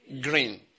green